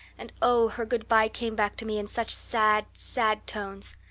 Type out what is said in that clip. and oh, her good-bye came back to me in such sad, sad tones.